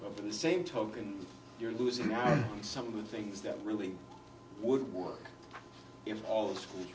the same token you're losing out on some of the things that really would work in all the schools